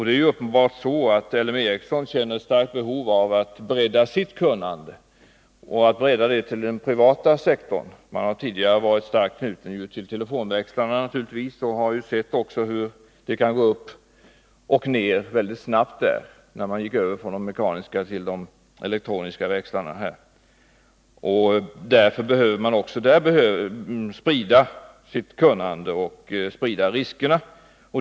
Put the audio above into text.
Det är uppenbart att LM Ericsson känner ett starkt behov av att bredda sitt kunnande till den privata sektorn. Man har tidigare varit starkt knuten till bl.a. telefonväxlarna, och man har sett hur det kunde gå upp och ned väldigt snabbt när televerket gick över från de mekaniska till de elektroniska växlarna. Därför behöver man också där sprida sitt kunnande och sprida riskerna.